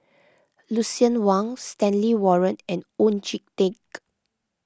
Lucien Wang Stanley Warren and Oon Jin Teik